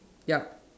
ya